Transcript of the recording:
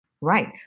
Right